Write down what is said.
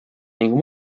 ning